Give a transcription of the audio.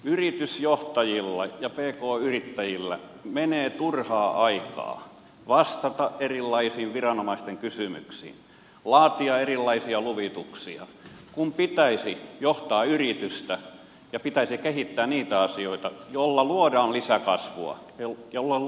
yritysjohtajilla ja pk yrittäjillä menee turhaan aikaa vastata erilaisiin viranomaisten kysymyksiin ja laatia erilaisia luvituksia kun pitäisi johtaa yritystä ja kehittää niitä asioita joilla luodaan lisäkasvua ja luodaan työllisyyttä